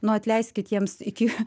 nu atleiskit jiems iki